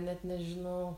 net nežinau